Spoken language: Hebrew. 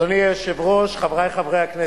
אדוני היושב-ראש, חברי חברי הכנסת,